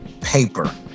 paper